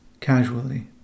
casually